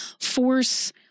force